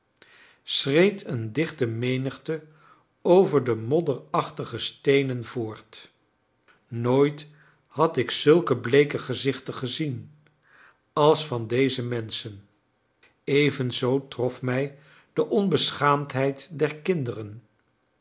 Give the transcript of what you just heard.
een dichte menigte over de modderachtige steenen voort nooit had ik zulke bleeke gezichten gezien als van deze menschen evenzoo trof mij de onbeschaamdheid der kinderen